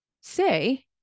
say